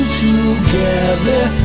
together